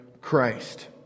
Christ